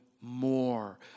more